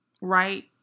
Right